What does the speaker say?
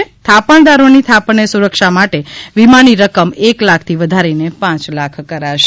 ં થાપણ દારોની થાપણને સુરક્ષા માટે વીમાની રકમ એક લાખથી વધારીને પાંચ લાખ કરાશે